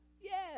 Yes